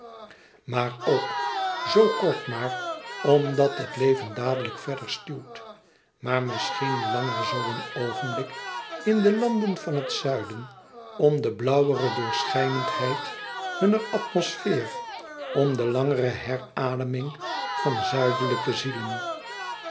maar ook zoo kort maar omdat het leven dadelijk verder stuwt maar misschien langer zoo een oogenblik in de landen van het zuiden om de blauwere doorschijnendheid hunner atmosfeer om de langere herademing van zuidelijke zielen